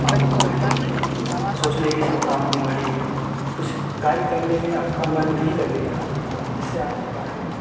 आपमें बढ़ेगी सोचने की क्षमता आपने बढ़ेगी कुछ कार्य करने में आपका मन भी लगेगा जिससे आपको काफी